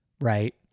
right